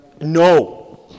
No